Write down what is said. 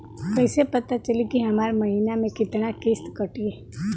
कईसे पता चली की हमार महीना में कितना किस्त कटी?